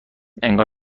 انگار